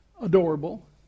adorable